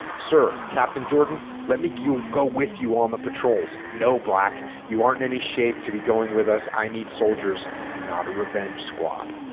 sir captain jordan let me go with you on the patrols no black you aren't any shape to be going with us i need soldiers not a revenge squad